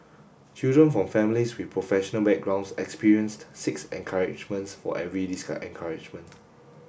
children from families with professional backgrounds experienced six encouragements for every discouragement